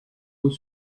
eaux